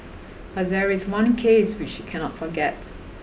but there is one case which she cannot forget